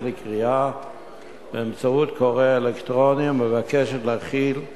לקריאה באמצעות קורא אלקטרוני ומבקשת להחיל את